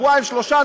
של שבועיים שלושה,